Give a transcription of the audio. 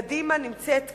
קדימה נמצאת כאן,